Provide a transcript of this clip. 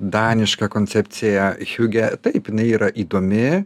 daniška koncepcija hiugė taip jinai yra įdomi